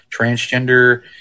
transgender